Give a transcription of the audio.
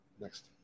Next